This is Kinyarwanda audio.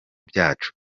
byacu